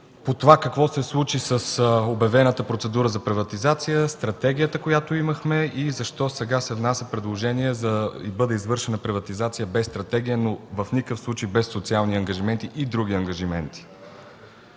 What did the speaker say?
какво се случи с обявената процедура за приватизация, стратегията, която имахме, и защо сега се внася предложение да бъде извършена приватизация без стратегия, но във никакъв случай без социални и други ангажименти.